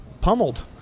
pummeled